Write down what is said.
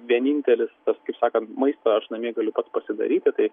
vienintelis tas kaip sakant maistą aš namie galiu pats pasidaryti tai